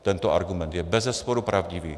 Tento argument je bezesporu pravdivý.